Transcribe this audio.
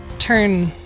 turn